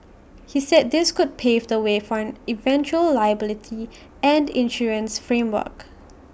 he said this could pave the way for an eventual liability and insurance framework